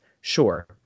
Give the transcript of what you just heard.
Sure